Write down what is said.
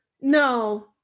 no